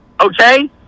okay